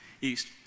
East